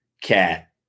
cat